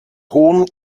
hohen